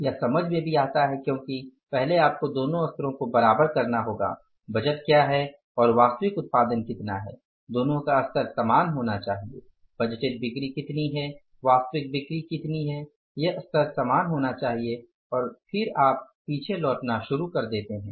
यह समझ में भी आता है क्योंकि पहले आपको दोनों स्तरों को बराबर करना होगा बजट क्या है और वास्तविक उत्पादन कितना है दोनों का स्तर समान होना चाहिए बजटेड बिक्री कितनी है वास्तविक बिक्री कितनी है यह स्तर समान होना चाहिए और फिर आप पीछे लौटना शुरू करते हैं